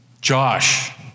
Josh